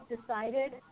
decided